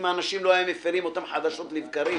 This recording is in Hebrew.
האנשים לא היו מפרים אותם חדשות לבקרים.